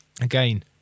Again